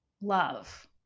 love